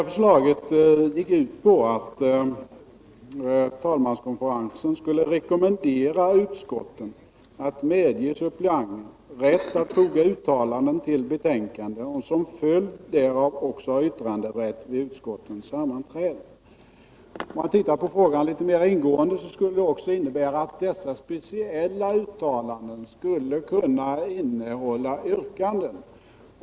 Förslaget gick ut på att talmanskonferensen skulle rekommendera utskotten att medge suppleant rätt att foga uttalanden till betänkanden och som följd därav också få yttranderätt vid utskottens sammanträden. Om vi granskar frågan mer ingående finner vi att förslaget också skulle innebära att dessa speciella uttalanden skulle kunna innehålla yrkanden.